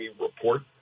report